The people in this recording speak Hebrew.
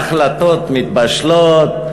ההחלטות מתבשלות,